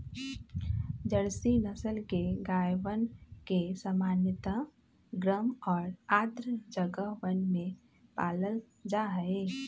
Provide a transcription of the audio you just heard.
Jersey नस्ल के गायवन के सामान्यतः गर्म और आर्द्र जगहवन में पाल्ल जाहई